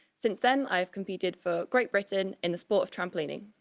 since then i have competed for great britain in the sport of trampolining.